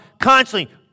constantly